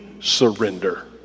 surrender